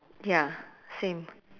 ya same